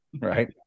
Right